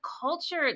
culture